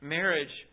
Marriage